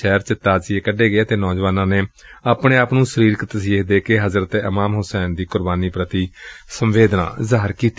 ਸ਼ਹਿਰ ਚ ਤਾਜੀਏ ਕੱਢੇ ਗਏ ਅਤੇ ਨੌਜਵਾਨਾਂ ਨੇ ਆਪਣੇ ਆਪ ਨੁੰ ਸਰੀਰਕ ਤਸੀਹੇ ਦੇ ਕੇ ਹਜ਼ਰਤ ਇਮਾਮ ਹੁਸੈਨ ਦੀ ਕੁਰਬਾਨੀ ਪ੍ਤੀ ਸੰਵੇਦਨਾ ਜ਼ਾਹਿਰ ਕੀਤੀ